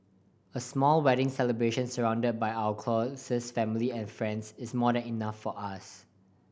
a small wedding celebration surrounded by our closest family and friends is more than enough for us